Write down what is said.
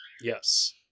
Yes